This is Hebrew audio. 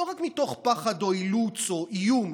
לא רק מתוך פחד או אילוץ או איום,